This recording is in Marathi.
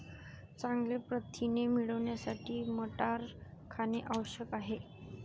चांगले प्रथिने मिळवण्यासाठी मटार खाणे आवश्यक आहे